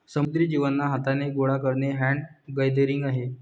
समुद्री जीवांना हाथाने गोडा करणे हैंड गैदरिंग आहे